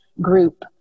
group